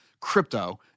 crypto